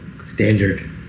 standard